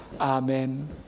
Amen